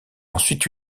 ensuite